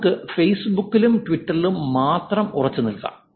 നമുക്ക് ഫേസ്ബുക്കിലും ട്വിറ്ററിലും മാത്രം ഉറച്ചുനിൽക്കാം